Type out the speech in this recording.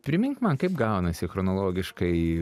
primink man kaip gaunasi chronologiškai